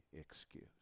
excuse